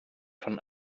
von